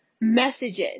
messages